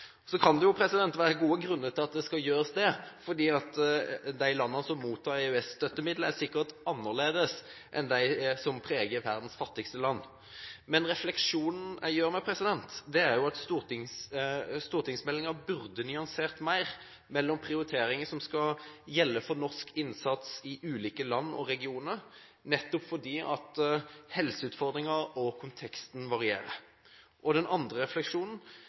Så kan det være gode grunner til at det skal gjøres, fordi de landene som mottar EØS-støttemidler, er sikkert annerledes enn verdens fattigste land. Men en refleksjon jeg gjør meg, er at stortingsmeldingen burde ha nyansert mer når det gjelder prioriteringer som skal gjelde for norsk innsats i ulike land og regioner, nettopp fordi helseutfordringene og konteksten varierer. Den andre refleksjonen